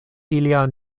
ilian